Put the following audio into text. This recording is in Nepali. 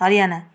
हरियाणा